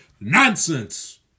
Nonsense